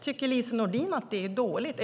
Tycker Lise Nordin att det är dåligt?